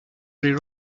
their